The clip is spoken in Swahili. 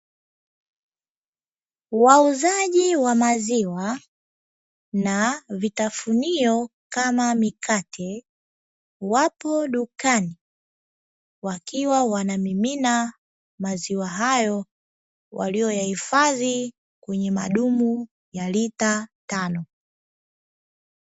Wauzaji wa maziwa na vitafunio kama mikate, wapo dukani wakiwa wanamimina maziwa hayo, walioyahifadhi kwenye madumu ya lita tano.